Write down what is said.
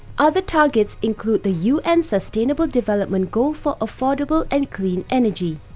other targets include the un sustainable development goal for affordable and clean energy,